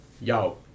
Yo